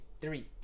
three